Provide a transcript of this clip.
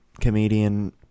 comedian